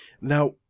Now